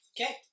Okay